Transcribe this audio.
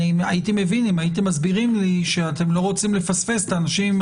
הייתי מבין אם הייתם מסבירים לי שאתם לא רוצים לפספס את האנשים עם